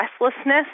restlessness